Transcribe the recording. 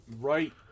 right